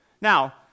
Now